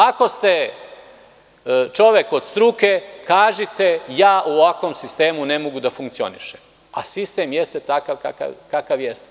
Ako ste čovek od struke kažite – ja u ovakvom sistemu ne mogu da funkcionišem, a sistem jeste takav kakav jeste.